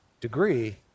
degree